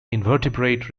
invertebrate